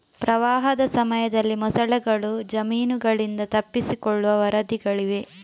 ಪ್ರವಾಹದ ಸಮಯದಲ್ಲಿ ಮೊಸಳೆಗಳು ಜಮೀನುಗಳಿಂದ ತಪ್ಪಿಸಿಕೊಳ್ಳುವ ವರದಿಗಳಿವೆ